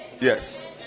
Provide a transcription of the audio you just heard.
Yes